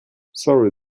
sorry